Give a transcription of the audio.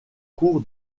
cour